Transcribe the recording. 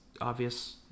obvious